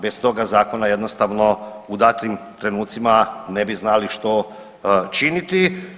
Bez toga zakona jednostavno u datim trenucima ne bi znali što činiti.